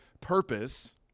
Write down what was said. purpose